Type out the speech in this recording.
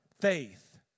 faith